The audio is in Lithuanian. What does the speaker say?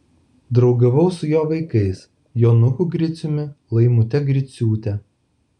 draugavau su jo vaikais jonuku griciumi laimute griciūte